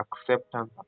acceptance